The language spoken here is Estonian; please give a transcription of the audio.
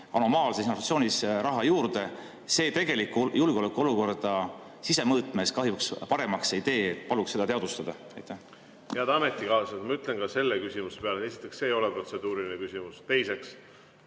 anomaalses inflatsioonis raha juurde, tegelikult julgeolekuolukorda sisemõõtmes kahjuks paremaks ei tee. Paluks seda teadvustada. Head ametikaaslased! Ma ütlen ka selle küsimuse peale, et esiteks, see ei ole protseduuriline küsimus, ja teiseks,